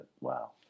Wow